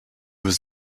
was